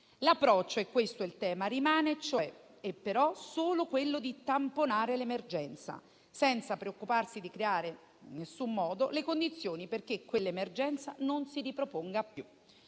L'approccio rimane solo quello di tamponare l'emergenza, senza preoccuparsi di creare in alcun modo le condizioni perché quell'emergenza non si riproponga più.